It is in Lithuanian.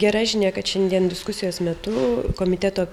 gera žinia kad šiandien diskusijos metu komiteto